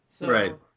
Right